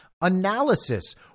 Analysis